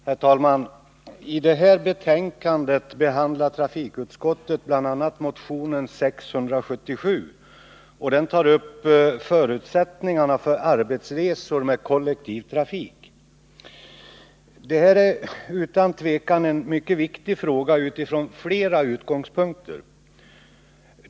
Herr talman! I det här betänkandet behandlar trafikutskottet bl.a. motionen 677, som tar upp förutsättningarna för arbetsresor med kollektiv trafik. Det är utan tvivel en mycket viktig fråga från flera utgångspunkter.